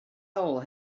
hole